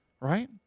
right